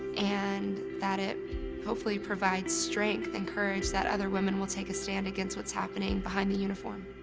and that it hopefully provides strength and courage that other women will take a stand against what's happening behind the uniform.